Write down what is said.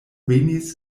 venis